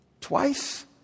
Twice